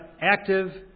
active